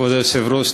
כבוד היושב-ראש,